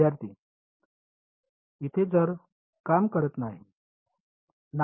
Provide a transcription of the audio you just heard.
विद्यार्थीः इथे जर काम करत नाही